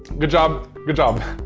good job, good job.